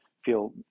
feel